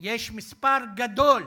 יש מספר גדול